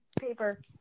paper